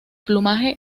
plumaje